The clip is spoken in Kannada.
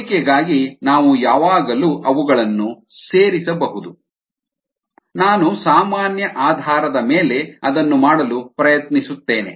ಹೋಲಿಕೆಗಾಗಿ ನಾವು ಯಾವಾಗಲೂ ಅವುಗಳನ್ನು ಸೇರಿಸಬಹುದು ನಾನು ಸಾಮಾನ್ಯ ಆಧಾರದ ಮೇಲೆ ಅದನ್ನು ಮಾಡಲು ಪ್ರಯತ್ನಿಸುತ್ತೇನೆ